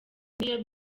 n’iyo